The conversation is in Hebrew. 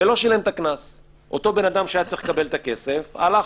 אותו אדם שהיה צריך לקבל את הכסף הלך